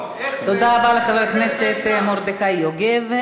תודה רבה לחבר הכנסת מרדכי יוגב.